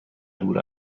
دور